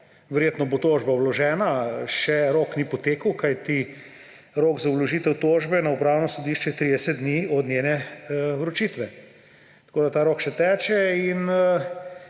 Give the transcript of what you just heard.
Verjetno bo tožba vložena, rok še ni potekel, kajti rok za vložitev tožbe na Upravnem sodišču je 30 dni od njene vročitve, tako da ta rok še teče.